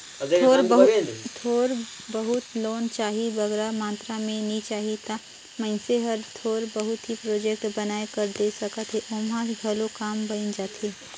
थोर बहुत लोन चाही बगरा मातरा में नी चाही ता मइनसे हर थोर बहुत ही प्रोजेक्ट बनाए कर दे सकत हे ओम्हां घलो काम बइन जाथे